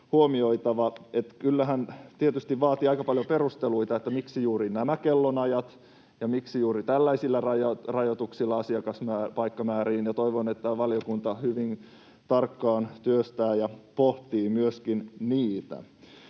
huomioitava, että kyllähän tietysti vaatii aika paljon perusteluita, miksi juuri nämä kellonajat ja miksi juuri tällaisilla rajoituksilla asiakaspaikkamääriin, ja toivon, että valiokunta hyvin tarkkaan työstää ja pohtii myöskin niitä.